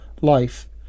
life